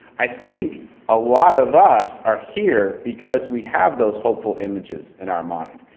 i think a lot of us are here because we have those hopeful images in our minds.